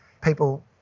people